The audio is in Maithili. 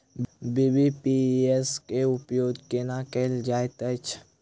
बी.बी.पी.एस केँ उपयोग केना कएल जाइत अछि?